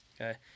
Okay